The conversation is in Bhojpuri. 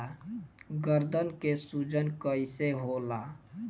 गर्दन के सूजन कईसे होला?